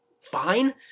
fine